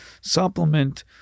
supplement